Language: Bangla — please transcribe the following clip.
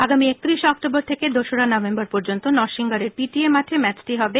আগামী নরসিংগড়ের পিটিএ মাঠে ম্যাচটি হবে